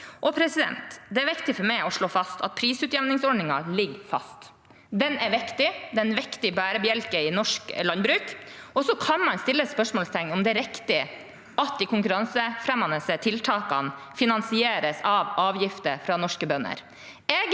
Det er viktig for meg å slå fast at prisutjevningsordningen ligger fast. Den er viktig, det er en viktig bærebjelke i norsk landbruk. Så kan man stille spørsmål om det er riktig at de konkurransefremmende tiltakene finansieres av avgifter fra norske bønder.